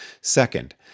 Second